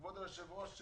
כבוד היושב ראש פינדרוס,